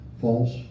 false